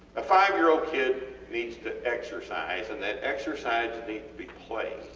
a five-year-old kid needs to exercise and that exercise needs to be play,